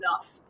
enough